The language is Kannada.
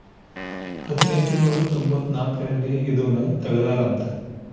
ಹದಿನೆಂಟನೂರ ತೊಂಭತ್ತ ನಾಲ್ಕ್ ರಲ್ಲಿ ಇದುನ ತೆಗ್ದಾರ ಅಂತ